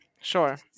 Sure